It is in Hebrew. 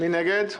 נמנעים